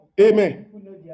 Amen